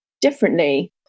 differently